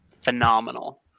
phenomenal